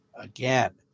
again